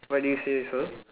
why do you say so